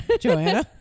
joanna